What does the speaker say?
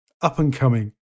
up-and-coming